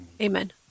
Amen